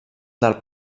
del